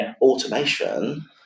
Automation